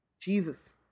Jesus